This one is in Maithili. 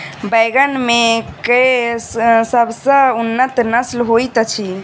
बैंगन मे केँ सबसँ उन्नत नस्ल होइत अछि?